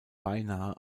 beinahe